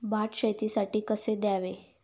भात शेतीसाठी पाणी कसे द्यावे?